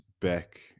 back